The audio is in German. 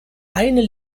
eine